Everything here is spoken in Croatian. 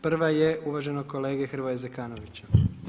Prva je uvaženog kolega Hrvoja Zekanovića.